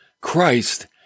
Christ